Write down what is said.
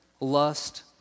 lust